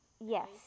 Yes